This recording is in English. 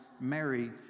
Mary